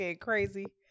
Crazy